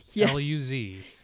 L-U-Z